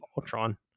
Ultron